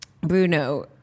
Bruno